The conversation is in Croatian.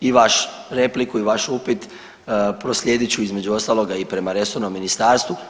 I vaš repliku i vaš upit proslijedit ću između ostaloga i prema resornom ministarstvu.